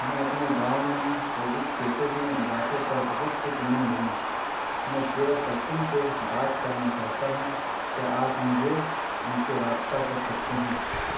میں اپنے گاؤں میں کووڈ کیسز میں اضافے پر بہت فکر مند ہوں میں چیئر پرسن سے بات کرنا چاہتا ہوں کیا آپ مجھے ان سے رابطہ کر سکتے ہیں